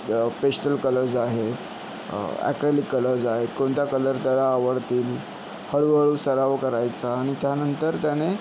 pastel colours आहेत acrylic colours आहेत कोणत्या कलर त्याला आवडतील हळूहळू सराव करायचा आणि त्यानंतर त्याने